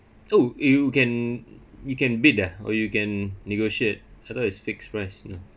oh you can you can bid ah or you can negotiate I thought is fixed price you know